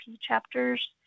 chapters